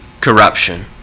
corruption